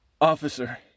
Officer